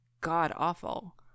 god-awful